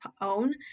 own